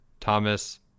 Thomas